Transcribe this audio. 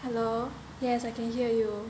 hello yes I can hear you